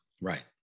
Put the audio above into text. Right